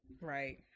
Right